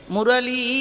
Murali